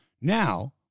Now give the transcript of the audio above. Now